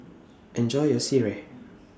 Enjoy your Sireh